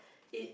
it